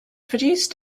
produced